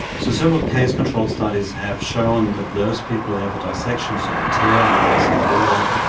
so several case controlled studies have shown that those people who have a dissection, so a tear in the vessel wall,